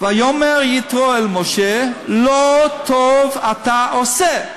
ויאמר יתרו אל משה, לא טוב אתה עושה.